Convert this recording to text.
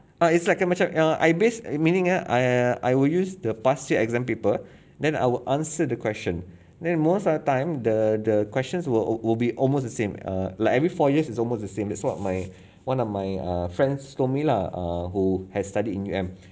ah it's like a macam err I based err meaning ah I I will use the past year exam paper then I will answer the question then most of the time the the questions will will be almost the same ah like every four years is almost the same that's what my one of my friends told me lah ah who has studied in U_M